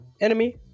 enemy